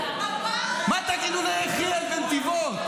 מה תגידו ליחיאל מנתיבות?